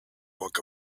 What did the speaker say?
walk